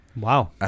Wow